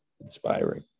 inspiring